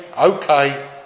Okay